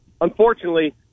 Unfortunately